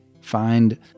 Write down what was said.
Find